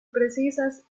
precisas